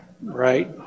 right